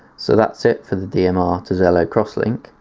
so that's it for the dmr to zello crosslink.